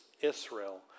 Israel